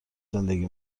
زندگی